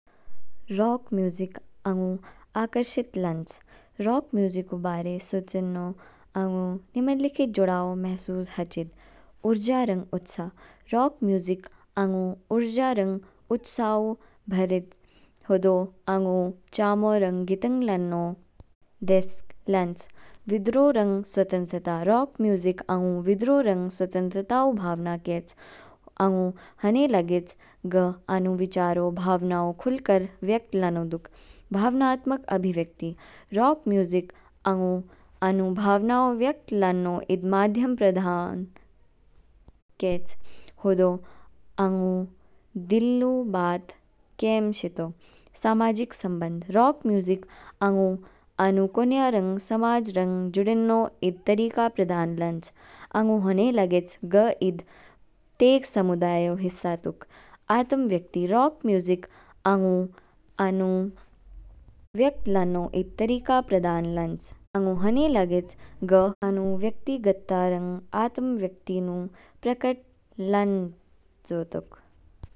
Rock music आंगू आकर्षित लांच। रॉक म्यूज़िक उ बारे सूंच्यानु आंगू निम्नलिखित जुड़ाव महसूस हाचिद। ऊर्जा रंग उत्साह, रॉक म्यूज़िक आंगू ऊर्जा रंग उत्साह उ भरित हो दो आंगू चामू रंग गीथांग लान नू देस लांच। विद्रोह रंग स्वतंत्रता, रॉक म्यूज़िक आंगू विद्रोह रंग स्वतंत्रता उ भावना केच, आंगू हने लाग्याच ग आनू विचारो ,भावनाओं खुलकर व्यक्त लानो दुग। भावनात्मक अभिव्यक्ति, रॉक म्यूज़िक आंगू आनू भावनाओं व्यक्त लान नू ईद माध्यम प्रदान केच, हो दो आंगू दिल उ बात केम शेतो। सामाजिक सम्बन्ध, रॉक म्यूज़िक आंगू आनू कोन्या रंग समाज रंग जुड़यान नू ईद तरीका प्रदान लांच, आंगू हने लाग्याच ग ईद तेग समुदायो हिस्सा तुक। आत्मव्यक्ति, रॉक म्यूज़िक आंगू आनू व्यक्त लान नू ईद तरीका प्रदान लांच, आंगू हने लाग्याच ग आनू व्यक्तिगतता रंग आत्मव्यक्ति नू प्रकट लांचो तोक।